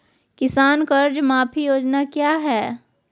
किसान कर्ज माफी योजना क्या है?